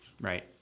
right